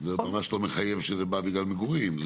זה ממש לא מחייב שזה בגלל מגורים,